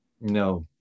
No